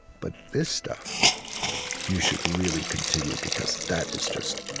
but this stuff you should really continue, because that is just